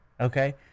Okay